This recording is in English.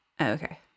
okay